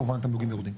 כמובן התמלוגים יורדים.